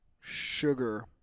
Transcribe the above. sugar